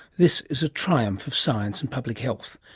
this is a triumph of science and public health,